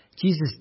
Jesus